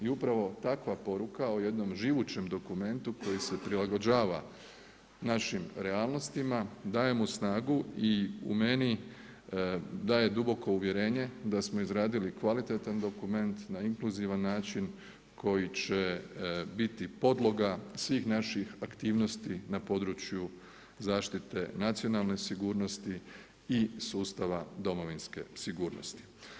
I upravo takva poruka o jednom živućem dokumentu koji se prilagođava našim realnostima daje mu snagu i u meni daje duboko uvjerenje da smo izradili kvalitetan dokument na inkluzivan način koji će biti podloga svih naših aktivnosti području zaštite nacionalne sigurnosti i sustava domovinske sigurnosti.